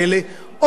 או פשוט,